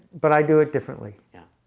but i'd do it differently yeah,